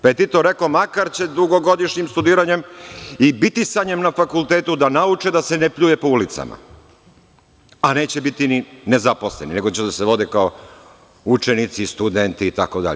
Pa, je Tito rekao – makar će dugogodišnjim studiranjem i bitisanjem na fakultetu da nauče da se ne pljuje po ulicama, a neće biti ni nezaposlenih, nego će da se vode kao učenici, studenti itd.